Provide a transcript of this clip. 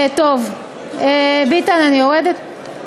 טוב, ביטן, אני יורדת?